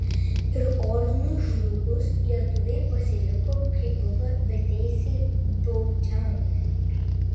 ir ordinui žlugus lietuviai pasiliko kaip buvę beteisiai baudžiauninkai